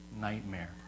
nightmare